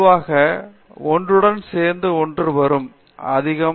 பொதுவாக ஒன்றுடன் ஒன்று சேர்த்து வருவது அதிகம்